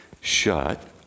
shut